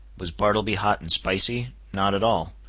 was bartleby hot and spicy? not at all.